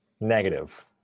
Negative